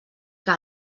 que